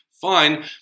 Fine